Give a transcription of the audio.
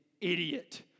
idiot